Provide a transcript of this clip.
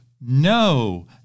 no